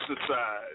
exercise